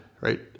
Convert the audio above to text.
right